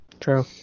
True